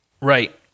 right